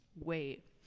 Wait